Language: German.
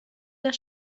der